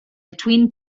between